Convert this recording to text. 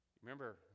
Remember